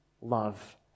love